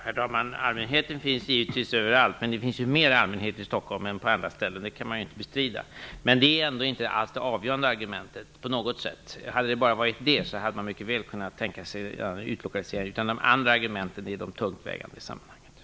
Herr talman! Allmänheten finns givetvis överallt, men det kan inte bestridas att det finns mer av allmänheten i Stockholm än på andra ställen. Men det är ändå inte på något sätt det avgörande argumentet. Om det bara hade gällt detta, skulle man mycket väl ha kunnat tänka sig en utlokalisering. De andra argumenten är de tungt vägande i sammanhanget.